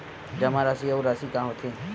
जमा राशि अउ राशि का होथे?